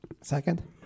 Second